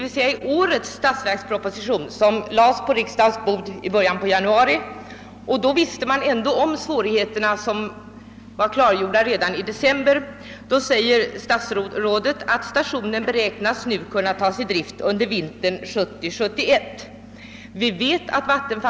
I årets statsverksproposition, som lades på riksdagens bord i januari — när man ändå kände till de svårigheter som hade konstaterats redan i december — uttalar statsrådet att stationen beräknas kunna tas i bruk under vintern 1970—1971.